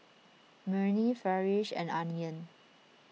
Murni Farish and Aryan